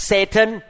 Satan